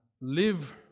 live